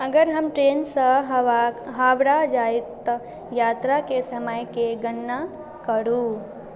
अगर हम ट्रेनसँ हवा हावड़ा जाइ तऽ यात्राके समयके गणना करू